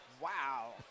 Wow